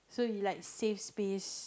so it like save space